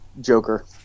Joker